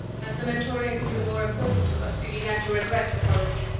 as the mentorians grew more important to us, we began to regret the policy,